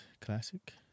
classic